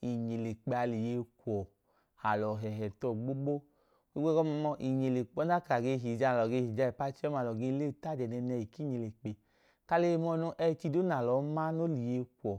Inyilekpe a lẹ iye kwu uwọ, alọ hẹhẹ tuwọ gbogbo. Ohigbu ẹgọma, mọọ, inyilekpe, ọdanka a ge hija, alọ ge hija ipu achi ọma, a ge leyi tajẹ nẹẹnẹhi ku inyilekpe. Ka a leyi mọọ noo. Ẹchi duu na lọọ ma, noo lẹ iye kwuwọ,